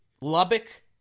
Lubbock